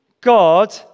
God